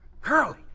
Curly